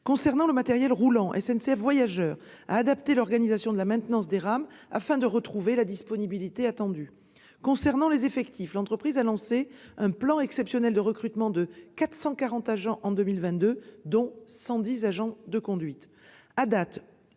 Concernant le matériel roulant, SNCF Voyageurs a adapté l'organisation de la maintenance des rames afin de retrouver la disponibilité attendue. Concernant les effectifs, l'entreprise a lancé un plan exceptionnel de recrutement de 440 agents en 2022, dont 110 agents de conduite.